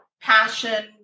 passion